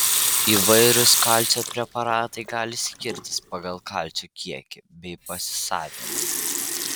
įvairūs kalcio preparatai gali skirtis pagal kalcio kiekį bei pasisavinimą